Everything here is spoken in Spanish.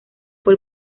fue